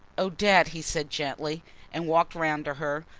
odette, he said gently and walked round to her,